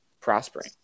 prospering